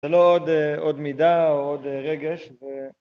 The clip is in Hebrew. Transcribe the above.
זה לא עוד מידע, או עוד רגש, זה...